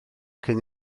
cyn